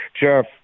Jeff